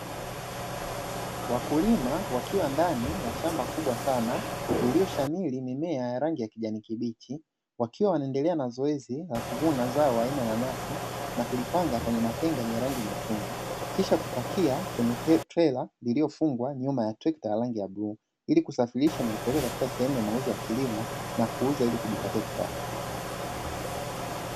Wakulima wakiwa ndani ya shamba kubwa sana lililoshamiri mimea yenye rangi ya kijani kibichi wakiwa wanaendelea na zoezi la kuvuna zao aina ya nanasi na kuzipanga kwenye matenga yenye rangi nyekundu, kisha kupakia kwenye tela iliyofungwa kwenye trekta yenye rangi ya bluu ili kusafirisha na kupeleka kwenye sehemu ya mauzo ya kilimo na kuuza ili kujipatia kipato.